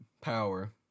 power